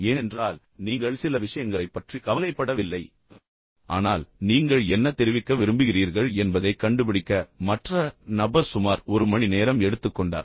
ஏனென்றால் நீங்கள் சில விஷயங்களை பற்றி கவலைப்படவில்லை ஆனால் நீங்கள் உண்மையில் என்ன தெரிவிக்க விரும்புகிறீர்கள் என்பதைக் கண்டுபிடிக்க மற்ற நபர் சுமார் ஒரு மணி நேரம் எடுத்துக்கொண்டார்